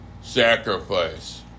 sacrifice